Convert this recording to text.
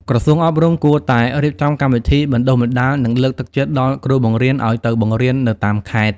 ក្រសួងអប់រំគួរតែរៀបចំកម្មវិធីបណ្តុះបណ្តាលនិងលើកទឹកចិត្តដល់គ្រូបង្រៀនឱ្យទៅបង្រៀននៅតាមខេត្ត។